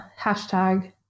hashtag